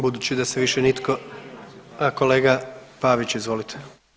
Budući da se više nitko… [[Upadica iz klupe se ne razumije]] a kolega Pavić, izvolite.